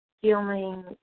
feeling